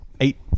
eight